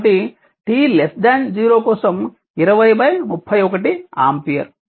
కాబట్టి t 0 కోసం 20 31 ampere